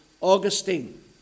Augustine